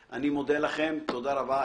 לכם, תודה רבה.